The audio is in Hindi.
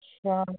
अच्छा